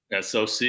SoC